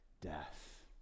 death